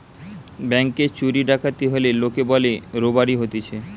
ব্যাংকে চুরি ডাকাতি হলে লোকে বলে রোবারি হতিছে